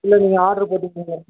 இல்லை நீங்கள் ஆர்டர் போட்டுக்கோங்க